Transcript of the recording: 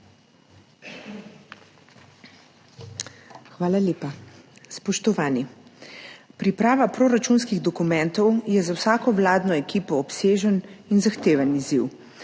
Hvala lepa. Spoštovani! Priprava proračunskih dokumentov je za vsako vladno ekipo obsežen in zahteven izziv,